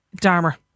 Dharma